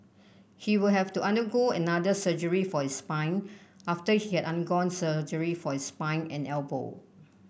he will have to undergo another surgery for his spine after he had undergone surgery for his spine and elbow